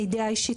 מידיעה אישית,